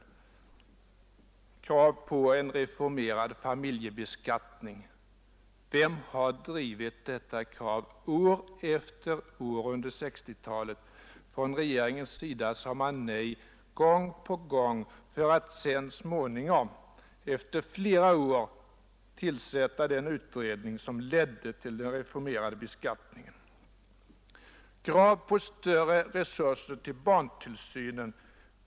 Det första gäller kravet på en reformerad familjebeskattning. Vem har drivit detta krav år efter år under 1960-talet? Från regeringens sida sade man nej gång på gång för att så småningom efter flera år tillsätta den utredning som ledde till den reformerade beskattningen. Det andra exemplet gäller kravet på större resurser till barntillsynen.